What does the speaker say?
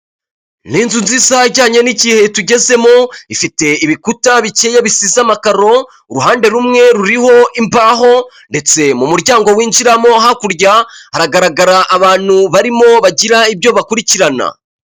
Ni inzu nziza ijyanye n'igihe tugezemo ifite ibikuta bikeye bisize amakaro uruhande rumwe ruriho imbaho, ndetse mu muryango w'injiramo hakurya haragaragara abantu barimo bagira ibyo bakurikirana.